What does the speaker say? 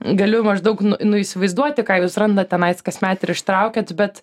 galiu maždaug nu nu įsivaizduoti ką jūs randat tenais kasmet ir ištraukiat bet